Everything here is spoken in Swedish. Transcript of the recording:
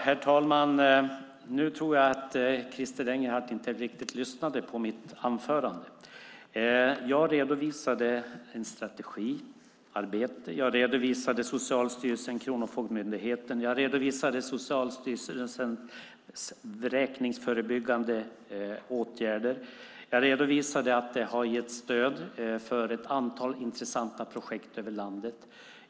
Herr talman! Nu tror jag inte att Christer Engelhardt riktigt lyssnade på mitt anförande. Jag redovisade en strategi. Jag redogjorde för Socialstyrelsens och Kronofogdemyndighetens vägledning och för Socialstyrelsens vräkningsförebyggande åtgärder. Jag redovisade att det har getts stöd för ett antal intressanta projekt över landet.